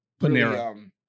Panera